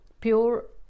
pure